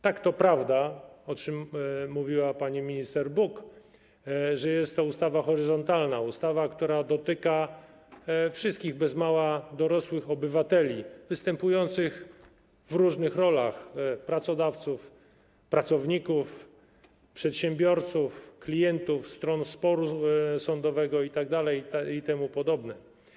Tak, to prawda, o czym mówiła pani minister Buk, że jest to ustawa horyzontalna, ustawa, która dotyka wszystkich bez mała dorosłych obywateli, występujących w różnych rolach: pracodawców, pracowników, przedsiębiorców, klientów, stron sporu sądowego itd., itp.